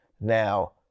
Now